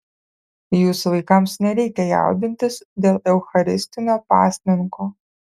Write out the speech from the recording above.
jūsų vaikams nereikia jaudintis dėl eucharistinio pasninko